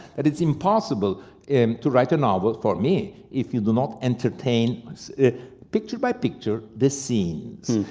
and it's impossible and to write a novel for me, if you do not entertain picture by picture, the scenes.